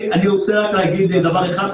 אני רק רוצה להגיד דבר אחד,